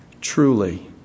Truly